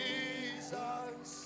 Jesus